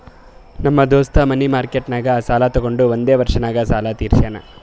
ನಮ್ ದೋಸ್ತ ಮನಿ ಮಾರ್ಕೆಟ್ನಾಗ್ ಸಾಲ ತೊಗೊಂಡು ಒಂದೇ ವರ್ಷ ನಾಗ್ ಸಾಲ ತೀರ್ಶ್ಯಾನ್